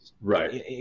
Right